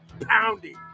pounding